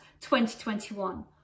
2021